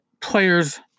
players